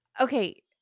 Okay